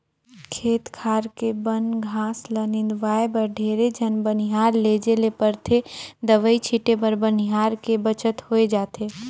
खेत खार के बन घास ल निंदवाय बर ढेरे झन बनिहार लेजे ले परथे दवई छीटे बर बनिहार के बचत होय जाथे